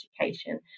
education